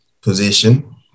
position